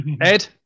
Ed